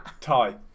Tie